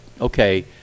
okay